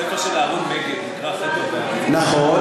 הספר של אהרן מגד נקרא "חדוה ואני" נכון,